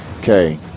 Okay